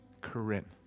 Corinne